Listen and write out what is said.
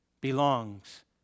belongs